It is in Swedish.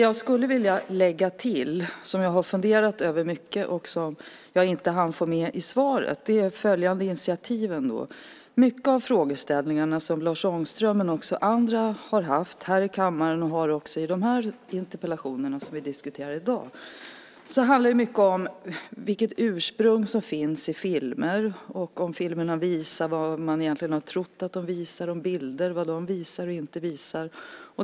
Jag skulle dock vilja lägga till ett initiativ som jag har funderat över mycket och som jag inte hann få med i svaret. Många av de frågeställningar som Lars Ångström och även andra har rest här i kammaren, också i de interpellationer som vi diskuterar i dag, handlar om vilket ursprung filmer har, om filmer visar vad man egentligen har trott att de visar och om vad bilder visar och inte visar.